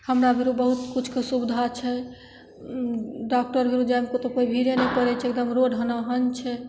हमरा भीरू बहुत किछुके सुविधा छै डॉक्टर भीरू जाइमे कतहु कोइ भीरे नहि पड़य छै एकदम रोड हनाहन छै